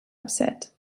upset